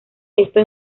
esto